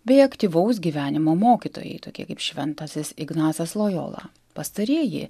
bei aktyvaus gyvenimo mokytojai tokie kaip šventasis ignacas lojola pastarieji